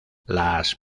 las